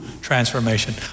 transformation